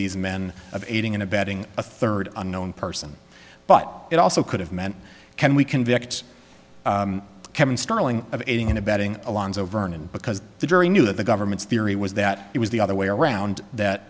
these men of aiding and abetting a third unknown person but it also could have meant can we convict kevin starling of aiding and abetting alonzo vernon because the jury knew that the government's theory was that it was the other way around that